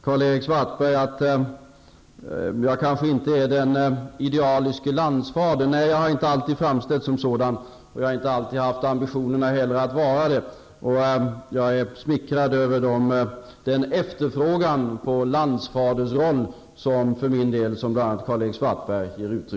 Karl-Erik Svartberg påpekade att jag kanske inte är den idealiske landsfadern. Nej, jag har inte alltid framstått som en sådan. Inte heller har jag alltid haft ambitionen att vara en landsfader. Jag är smickrad över den efterfrågan på landsfadersroll för mig som bl.a. Karl-Erik Svartberg kom med.